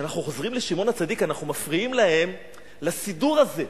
כשאנחנו חוזרים לשמעון-הצדיק אנחנו מפריעים להם לסידור הזה: